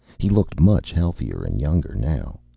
he looked much healthier and younger, now.